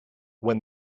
when